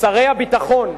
שרי הביטחון,